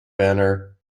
banner